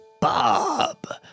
Bob